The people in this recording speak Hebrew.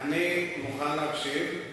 אני מוכן להקשיב.